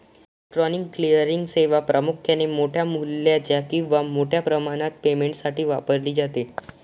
electronic clearing सेवा प्रामुख्याने मोठ्या मूल्याच्या किंवा मोठ्या प्रमाणात पेमेंटसाठी वापरली जाते